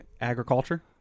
agriculture